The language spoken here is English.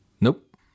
Nope